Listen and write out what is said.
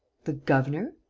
the governor?